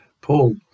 Paul